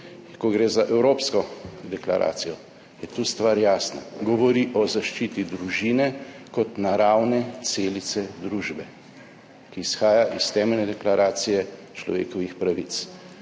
ko gre za Evropsko deklaracijo, je tu stvar jasna. Govori o zaščiti družine kot naravne celice družbe, ki izhaja iz Temeljne deklaracije človekovih pravic.